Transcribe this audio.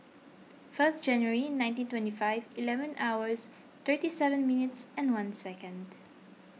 first January nineteen twenty five eleven hours thirty seven minutes and one second